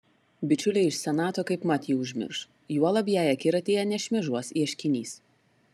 bičiuliai iš senato kaipmat jį užmirš juolab jei akiratyje nešmėžuos ieškinys